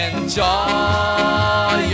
Enjoy